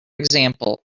example